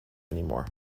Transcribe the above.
anymore